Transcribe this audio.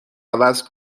عوض